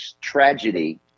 tragedy